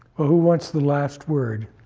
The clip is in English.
who wants the last word?